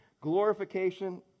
glorification